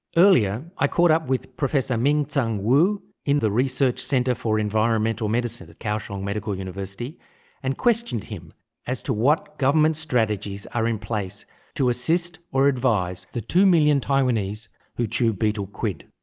earlier i caught up with professor ming-tsang wu in the research centre for environmental medicine at kaohsiung medical university and questioned him as to what government strategies are in place to assist or advise the two million taiwanese who chew betel quid.